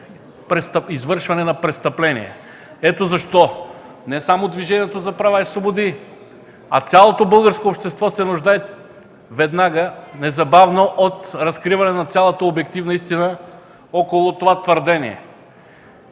извършване на престъпление. Ето защо не само Движението за права и свободи, а цялото българско общество се нуждае веднага, незабавно от разкриване на цялата обективна истина около това твърдение.